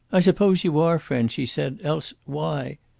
i suppose you are friends, she said else why?